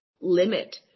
limit